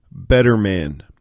BETTERMAN